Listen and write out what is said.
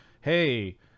Hey